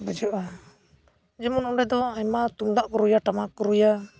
ᱵᱩᱡᱷᱟᱹᱜᱼᱟ ᱡᱮᱢᱚᱱ ᱚᱸᱰᱮ ᱫᱚ ᱟᱭᱢᱟ ᱛᱩᱢᱫᱟᱜ ᱠᱚ ᱨᱩᱭᱟ ᱴᱟᱢᱟᱠ ᱠᱚ ᱨᱩᱭᱟ